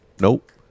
nope